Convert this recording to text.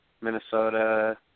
Minnesota